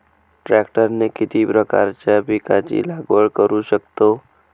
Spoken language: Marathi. ट्रॅक्टरने किती प्रकारच्या पिकाची लागवड करु शकतो?